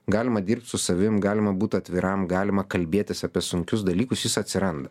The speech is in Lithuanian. galima dirbt su savimi galima būt atviram galima kalbėtis apie sunkius dalykus jis atsiranda